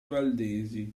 valdesi